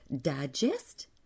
Digest